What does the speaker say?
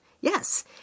Yes